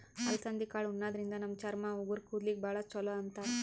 ಅಲಸಂದಿ ಕಾಳ್ ಉಣಾದ್ರಿನ್ದ ನಮ್ ಚರ್ಮ, ಉಗುರ್, ಕೂದಲಿಗ್ ಭಾಳ್ ಛಲೋ ಅಂತಾರ್